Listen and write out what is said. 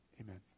Amen